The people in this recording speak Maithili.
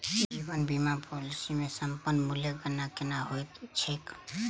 जीवन बीमा पॉलिसी मे समर्पण मूल्यक गणना केना होइत छैक?